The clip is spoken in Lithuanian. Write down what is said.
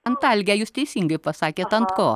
antalgę jūs teisingai pasakėt ant ko